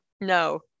No